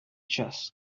just